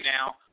now